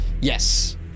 Yes